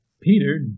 Peter